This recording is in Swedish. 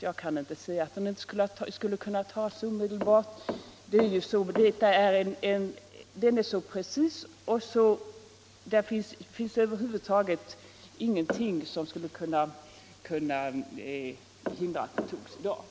Den är mycket precis, och det finns över huvud taget ingenting i den som hindrar att den antas i dag.